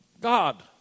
God